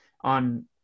on